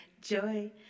joy